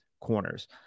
corners